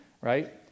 right